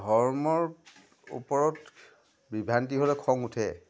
ধৰ্মৰ ওপৰত বিভ্ৰান্তি হ'লে খং উঠে